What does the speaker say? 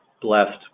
blessed